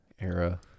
era